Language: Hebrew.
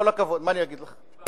כל הכבוד, מה אני אגיד לך.